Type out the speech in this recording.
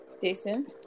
Jason